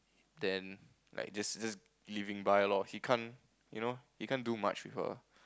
then like just just leaving by loh he can't you know he can't do much with a